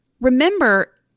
Remember